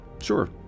sure